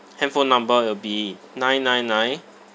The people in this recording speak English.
handphone number it'll be nine nine nine